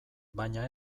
baina